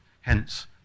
hence